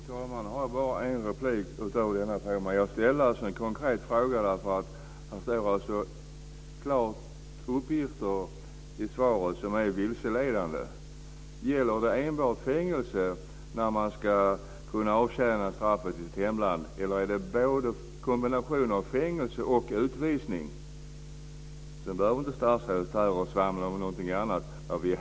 Fru talman! Jag ställde en konkret fråga därför att det helt klart står uppgifter i svaret som är vilseledande. Gäller det enbart fängelse när man ska kunna avtjäna straffet i sitt hemland, eller är det kombinationen fängelse och utvisning? Sedan behöver inte statsrådet stå här och svamla om någonting annat.